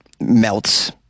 melts